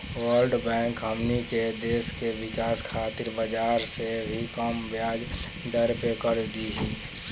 world Bank हमनी के देश के विकाश खातिर बाजार से भी कम ब्याज दर पे कर्ज दिही